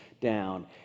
down